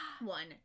One